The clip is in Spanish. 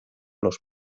los